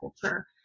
culture